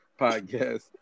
podcast